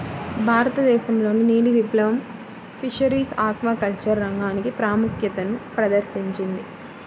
భారతదేశంలోని నీలి విప్లవం ఫిషరీస్ ఆక్వాకల్చర్ రంగానికి ప్రాముఖ్యతను ప్రదర్శించింది